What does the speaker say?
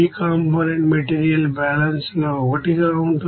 component material balance లో ఒకటిగా ఉంటుంది